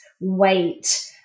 weight